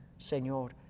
Señor